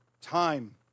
time